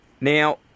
Now